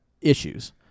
issues